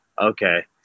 okay